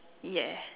yeah